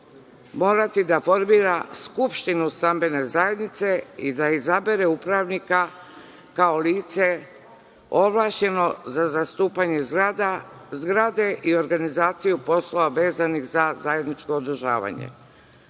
morati da formira Skupštinu stambene zajednice i da izabere upravnika, kao lice ovlašćeno za zastupanje zgrade i organizaciju poslova vezanih za zajedničko održavanje. Ovim